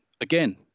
again